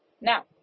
Now